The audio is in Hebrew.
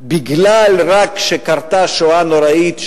משום שקרתה שואה נוראית.